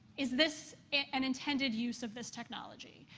is this an intended use of this technology?